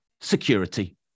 security